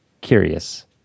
Curious